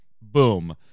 boom